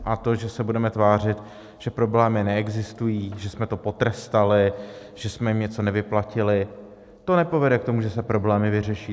A to, že se budeme tvářit, že problémy neexistují, že jsme to potrestali, že jsme jim něco nevyplatili, to nepovede k tomu, že se problémy vyřeší.